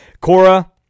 Cora